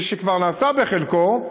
כביש שכבר נעשה בחלקו.